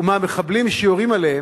ומהמחבלים שיורים עליהם,